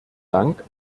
dank